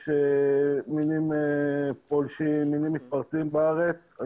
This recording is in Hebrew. יש מינים פולשים, מינים מתפרצים בארץ.